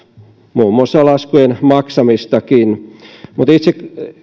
muun muassa laskujen maksamistakin itse